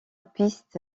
piste